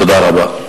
תודה רבה.